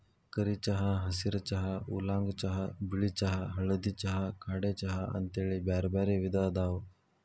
ಕರಿ ಚಹಾ, ಹಸಿರ ಚಹಾ, ಊಲಾಂಗ್ ಚಹಾ, ಬಿಳಿ ಚಹಾ, ಹಳದಿ ಚಹಾ, ಕಾಡೆ ಚಹಾ ಅಂತೇಳಿ ಬ್ಯಾರ್ಬ್ಯಾರೇ ವಿಧ ಅದಾವ